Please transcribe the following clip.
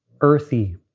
earthy